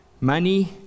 money